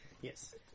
Yes